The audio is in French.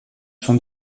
sont